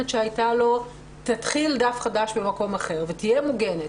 שהייתה לו תתחיל דף חדש במקום אחר ותהיה מוגנת,